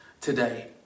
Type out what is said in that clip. today